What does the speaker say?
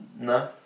No